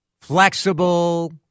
flexible